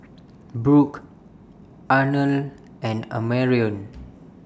Brook Arnold and Amarion